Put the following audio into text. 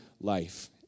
life